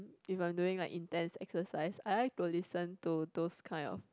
if I am doing like intense exercise I like to listen to those kind of